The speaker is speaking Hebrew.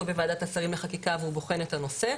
בוועדת השרים לחקיקה והוא בוחן את הנושא,